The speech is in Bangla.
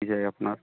কী চাই আপনার